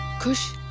kush